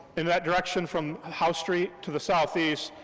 in that direction from house street to the southeast,